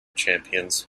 champions